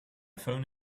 phone